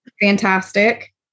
Fantastic